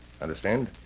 Understand